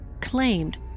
claimed